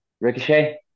ricochet